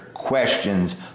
Questions